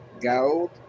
gold